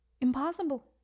impossible